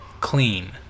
clean